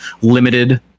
limited